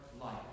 life